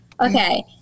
Okay